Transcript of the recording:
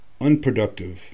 unproductive